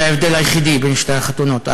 זה ההבדל היחיד בין שתי החתונות.